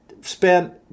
spent